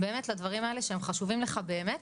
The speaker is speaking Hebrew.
לדברים האלה שהם חשובים לך באמת.